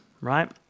right